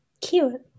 Cute